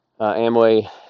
Amway